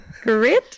Great